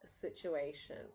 situation